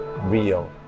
real